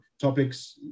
topics